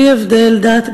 בלי הבדל דת,